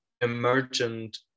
emergent